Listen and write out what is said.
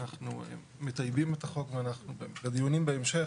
ואנחנו מטייבים את החוק ובדיונים בהמשך